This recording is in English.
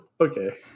Okay